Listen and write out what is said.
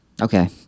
Okay